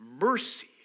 mercy